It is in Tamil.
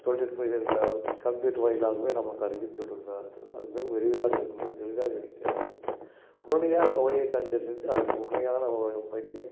தொழில்நுட்ப இது இந்த கம்ப்யூட்ரு வாயிலாகவே நமக்கு அறிவித்து விடுகிறார்கள் அது மிகவும் எளிதாக இருந்தது எளிதாக இருக்கிறது உடனடியாக நோயை கண்டறிந்து அதற்கு உனையான வை வைத்தியம்